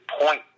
point